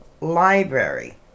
Library